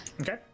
okay